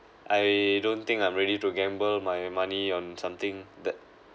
I don't think I'm ready to gamble my money on something that